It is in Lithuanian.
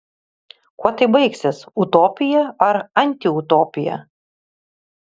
kuo tai baigsis utopija ar antiutopija